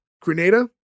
Grenada